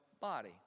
body